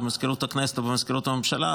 במזכירות הכנסת או במזכירות הממשלה,